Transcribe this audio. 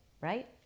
Right